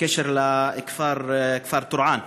בקשר לכפר טורעאן.